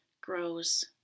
grows